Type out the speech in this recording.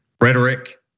rhetoric